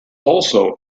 also